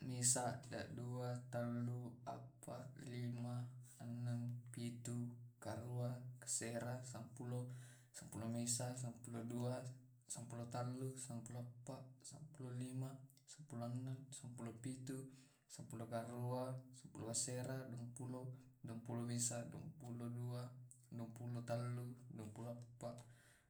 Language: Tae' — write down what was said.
Mesa, dua, tallu, appa, lima, annang, pitu, karua, kasera, sampulo, sampulo mesa, sampulo dua, sampulo tallu, sampulo appa, sampulo lima, sampulo annang, sampulo pitu, sampulo karua, sampulo kasera, duampulo, duampulo mesa, duampulo dua, duampulo tallu, duampulo appa,